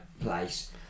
place